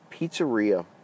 Pizzeria